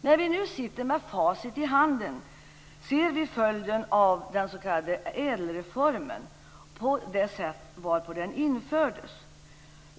När vi nu sitter med facit i handen ser vi följden av den s.k. ädelreformen och det sätt varpå den infördes.